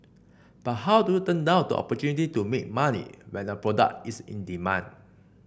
but how do you turn down the opportunity to make money when a product is in demand